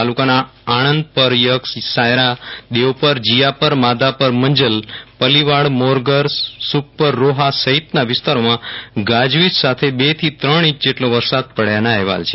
તાલુકાના આણંદપર યક્ષ સાંયરા દેવપર જીયાપર માધાપર મંજલ પલીવાડ મોરગર સુખપર રોહા સહિતના વિસ્તારોમાં ગાજવીજ સાથે બે થી ત્રણ ઇંચ જેટલો વરસાદ પડ્યો હોવાના અહેવાલ છે